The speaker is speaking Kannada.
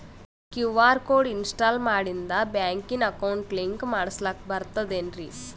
ಕ್ಯೂ.ಆರ್ ಕೋಡ್ ಇನ್ಸ್ಟಾಲ ಮಾಡಿಂದ ಬ್ಯಾಂಕಿನ ಅಕೌಂಟ್ ಲಿಂಕ ಮಾಡಸ್ಲಾಕ ಬರ್ತದೇನ್ರಿ